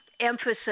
emphasis